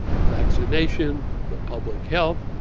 the vaccination, the public health.